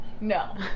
No